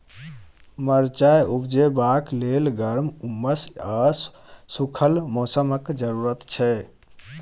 मरचाइ उपजेबाक लेल गर्म, उम्मस आ सुखल मौसमक जरुरत छै